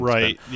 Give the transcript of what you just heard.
Right